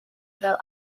fel